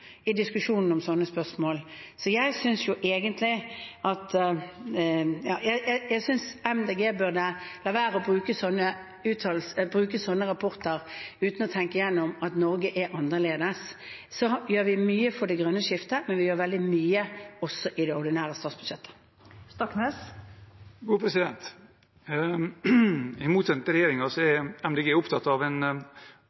i diskusjonen om slike spørsmål. Jeg synes Miljøpartiet De Grønne burde la være å bruke slike rapporter, uten å tenke gjennom at Norge er annerledes. Vi gjør mye for det grønne skiftet, men vi gjør veldig mye også i det ordinære statsbudsjettet. I motsetning til regjeringen er Miljøpartiet De Grønne opptatt av en reell omstilling til rask grønn vekst i de sektorene som er